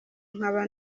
nkaba